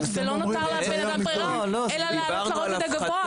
ולא נותר לאדם ברירה אלא לעלות לרובד הגבוה.